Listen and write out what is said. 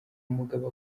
umugabo